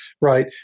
right